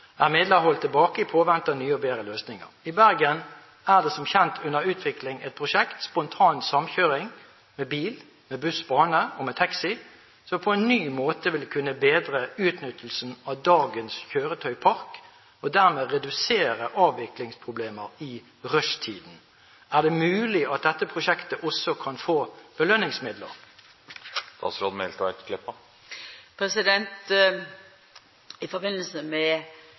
er midler holdt tilbake i påvente av nye og bedre løsninger. I Bergen er det som kjent under utvikling et prosjekt, Spontan samkjøring, med bil, buss, bane og taxi, som på en ny måte vil kunne bedre utnyttelsen av dagens kjøretøypark og dermed redusere avviklingsproblemer i rushtiden. Er det mulig at dette prosjektet også kan få belønningsmidler? I samband med den nye Nasjonal transportplan har vi bede etatane i